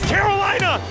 Carolina